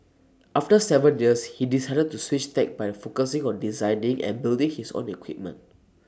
after Seven years he decided to switch tack by focusing on deciding and building his own equipment